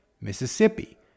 Mississippi